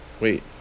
Wait